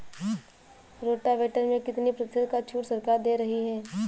Rotavator में कितनी प्रतिशत का छूट सरकार दे रही है?